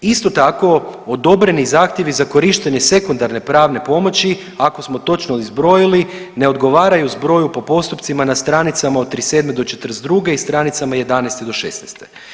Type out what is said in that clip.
Isto tako odobreni zahtjevi za korištenje sekundarne pravne pomoći kao smo točno zbrojili ne odgovaraju zbroju po postupcima na stranicama od 37 do 42 i stranicama 11 do 16.